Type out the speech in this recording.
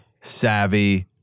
savvy